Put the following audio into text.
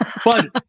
Fun